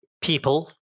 people